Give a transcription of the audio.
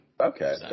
Okay